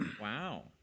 Wow